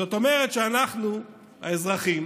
זאת אומרת שאנחנו האזרחים